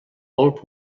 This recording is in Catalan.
molt